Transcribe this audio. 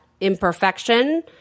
imperfection